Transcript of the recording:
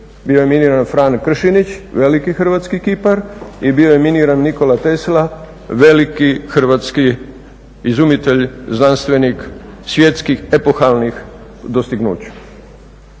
Bio je miniran Frano Kršinić, veliki Hrvatski kipar i bio je miniran Nikola Tesla veliki hrvatski izumitelj, znanstveni, svjetskih epohalnih dostignuća.